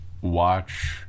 watch